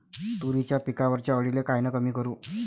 तुरीच्या पिकावरच्या अळीले कायनं कमी करू?